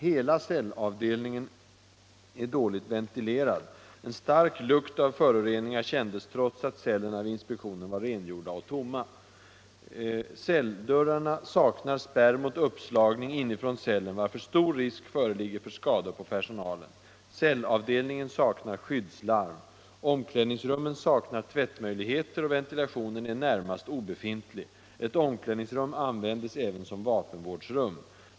Hela cellavdelningen är dåligt ventilerad. Stark lukt av föroreningar kändes trots att cellerna vid inspektionen var rengjorda och tomma. Celldörrarna saknar spärr mot uppslagning inifrån cellen, varför stor risk föreligger för skador på personalen. Cellavdelningen saknar skyddslarm. Omklädningsrummen saknar tvättmöjligheter och ventilationen är närmast obefintlig. Ett omklädningsrum användes även som vapenvårdsrum.